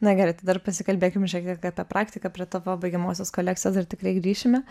na gerai tai dar pasikalbėkim šiek tiek apie praktiką prie tavo baigiamosios kolekcijos dar tikrai grįšime